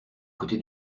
côté